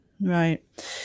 right